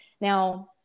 Now